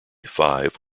five